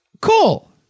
cool